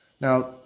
Now